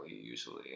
usually